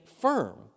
firm